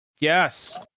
Yes